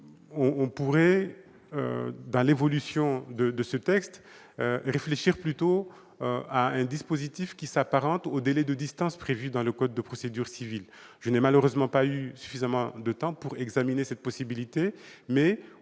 la perspective d'une évolution du présent texte, réfléchir plutôt à un dispositif s'apparentant au « délai de distance » prévu dans le code de procédure civile. Je n'ai malheureusement pas eu suffisamment de temps pour examiner cette possibilité, mais